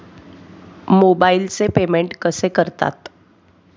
मोबाइलचे पेमेंट कसे करतात?